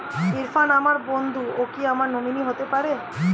ইরফান আমার বন্ধু ও কি আমার নমিনি হতে পারবে?